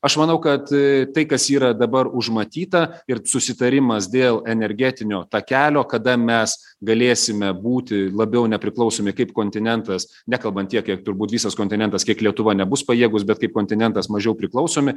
aš manau kad tai kas yra dabar užmatyta ir susitarimas dėl energetinio takelio kada mes galėsime būti labiau nepriklausomi kaip kontinentas nekalbant tiek kiek turbūt visas kontinentas kiek lietuva nebus pajėgūs bet kaip kontinentas mažiau priklausomi